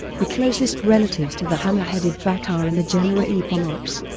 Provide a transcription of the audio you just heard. the closest relatives to the hammer-headed bat are in the genera epomops,